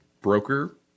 broker